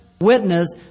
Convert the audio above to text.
witness